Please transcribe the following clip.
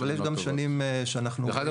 אבל יש גם שנים שאנחנו --- דרך אגב,